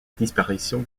disparition